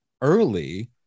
early